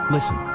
Listen